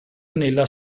nella